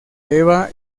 deba